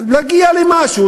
נגיע למשהו,